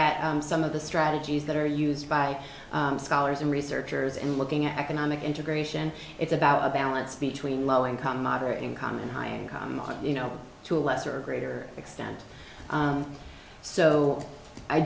at some of the strategies that are used by scholars and researchers and looking at academic integration it's about a balance between low income moderate income and high income you know to a lesser or greater extent so i